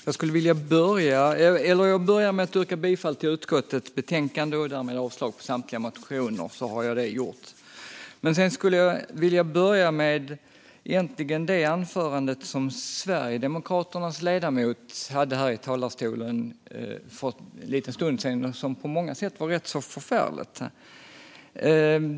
Fru talman! Jag yrkar bifall till utskottets förslag och avslag på samtliga reservationer. Det anförande som Sverigedemokraternas ledamot höll i talarstolen var på många sätt rätt förfärligt.